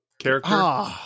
character